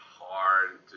hard